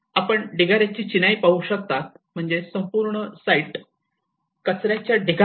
आपण ढिगाराची चिनाई पाहू शकता म्हणजे संपूर्ण साइट कचर्याच्या ढिगा